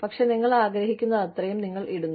പക്ഷേ നിങ്ങൾ ആഗ്രഹിക്കുന്നത്രയും നിങ്ങൾ ഇടുന്നു